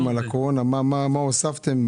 מה הוספתם,